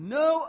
no